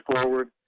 forward